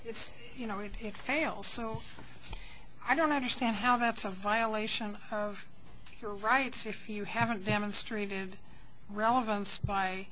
it's you know it fails so i don't understand how that's a violation of your rights if you haven't demonstrated relevance by